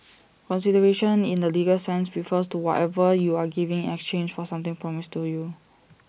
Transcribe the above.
consideration in the legal sense refers to whatever you are giving in exchange for something promised to you